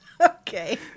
Okay